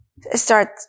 Start